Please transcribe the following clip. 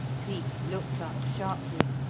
cleek looked up sharply,